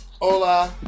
Hola